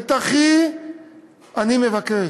את אחי אני מבקש.